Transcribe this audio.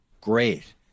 Great